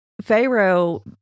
Pharaoh